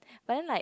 but then like